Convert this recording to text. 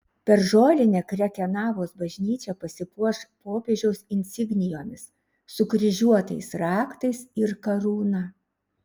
per žolinę krekenavos bažnyčia pasipuoš popiežiaus insignijomis sukryžiuotais raktais ir karūna